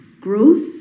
growth